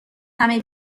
همه